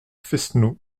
fesneau